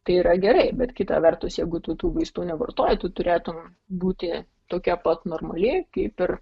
tai yra gerai bet kita vertus jeigu tu tų vaistų nevartoji tu turėtum būti tokia pat normali kaip ir